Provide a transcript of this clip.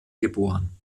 geboren